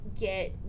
get